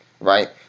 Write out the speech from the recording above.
right